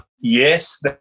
Yes